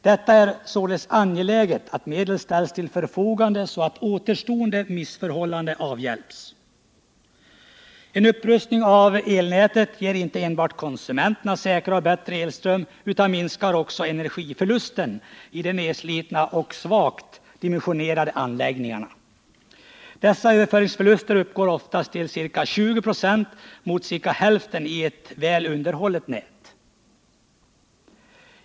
Det är således angeläget att medel ställs till förfogande så att återstående missförhållanden avhjälps. En upprustning av elnätet ger inte enbart konsumenterna säkrare och bättre elström utan minskar också energiförlusterna i de nedslitna och svagt dimensionerade anläggningarna. Dessa överföringsförluster uppgår oftast till ca 20 96, mot ca hälften i ett väl underhållet nät.